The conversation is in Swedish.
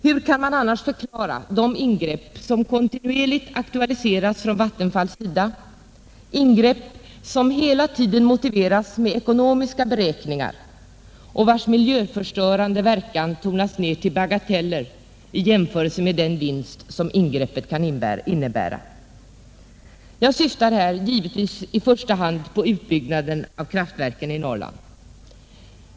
Hur kan man annars förklara de ingrepp som kontinuerligt aktualiseras från Vattenfalls sida, ingrepp som hela tiden motiveras med ekonomiska beräkningar och vilkas miljöförstörande verkan tonas ner till bagateller i jämförelse med den vinst som ingreppen kan innebära. Jag syftar här givetvis i första hand på utbyggnaden av kraftverken i Norrland.